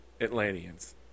atlanteans